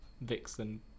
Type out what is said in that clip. vixen